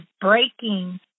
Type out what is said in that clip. breaking